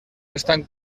están